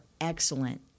excellent